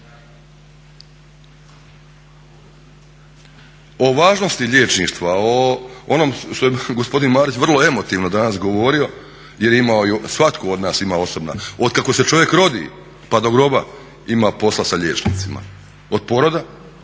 O važnosti liječništva, o onome što je gospodin Marić vrlo emotivno danas govorio jer je svatko od nas imao osobna od kako se čovjek rodi pa do groba ima posla sa liječnicima od poroda